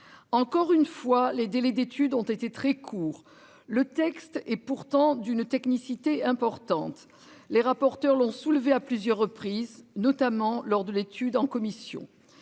encore une fois les délais d'études ont été très court, le texte et pourtant d'une technicité importante les rapporteurs l'ont soulevé à plusieurs reprises, notamment lors de l'étude en commission.